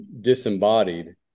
disembodied